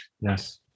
Yes